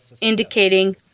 indicating